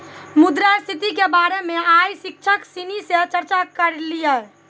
मुद्रा स्थिति के बारे मे आइ शिक्षक सिनी से चर्चा करलिए